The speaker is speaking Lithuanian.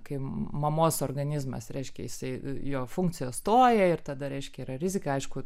kai mamos organizmas reiškia jisai jo funkcijos stoja ir tada reiškia yra rizika aišku